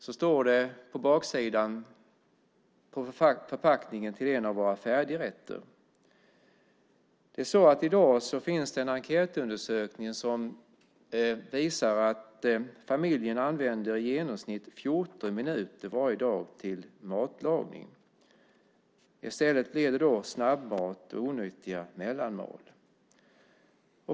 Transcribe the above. Så står det på baksidan av förpackningen till en av våra färdigrätter. I dag finns det en enkätundersökning som visar att familjen i genomsnitt använder 14 minuter varje dag till matlagning. I stället blir det snabbmat och onyttiga mellanmål.